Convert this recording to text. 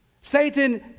Satan